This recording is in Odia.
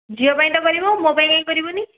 ଝିଅ ପାଇଁ ତ କରିବ ମୋ ପାଇଁ କାହିଁକି କରିବନି